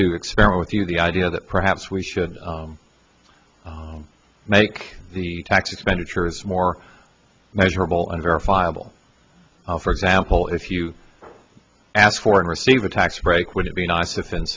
to experiment with you the idea that perhaps we should make the tax expenditures more measurable and verifiable for example if you asked for and receive a tax break would it be nice if in